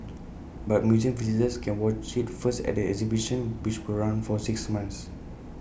but museum visitors can watch IT first at the exhibition which will run for six months